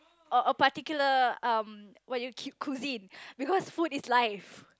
or a particular um what you keep cuisine because food is life